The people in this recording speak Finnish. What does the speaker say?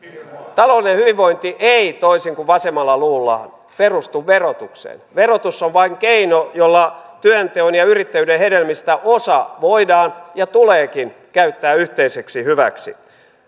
taloudellinen hyvinvointi ei ei toisin kuin vasemmalla luullaan perustu verotukseen verotus on vain keino jolla työnteon ja yrittäjyyden hedelmistä osa voidaan ja tuleekin käyttää yhteiseksi hyväksi